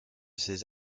ses